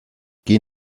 geh